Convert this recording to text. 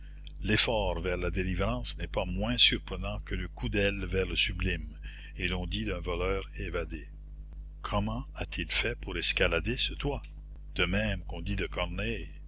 l'effort vers la délivrance n'est pas moins surprenant que le coup d'aile vers le sublime et l'on dit d'un voleur évadé comment a-t-il fait pour escalader ce toit de même qu'on dit de